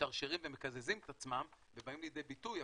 משתרשרים ומקזזים את עצמם ובאים לידי ביטוי,